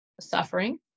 suffering